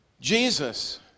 Jesus